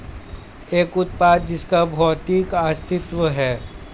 एक उत्पाद जिसका भौतिक अस्तित्व है?